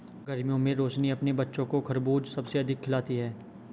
गर्मियों में रोशनी अपने बच्चों को खरबूज सबसे अधिक खिलाती हैं